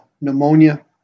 pneumonia